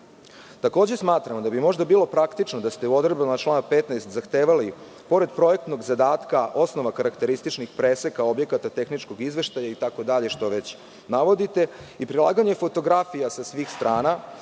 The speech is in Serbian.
smatramo da bi možda bilo praktično da ste u odredbama člana 15. zahtevali, pored projektnog zadatka, osnova karakterističnih preseka, objekata, tehničkog izveštaja itd, što već navodite, i prilaganje fotografija sa svih strana,